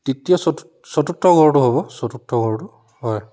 তৃতীয় চতুৰ্থ ঘৰটো হ'ব চতুৰ্থ ঘৰটো হয়